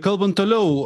kalbant toliau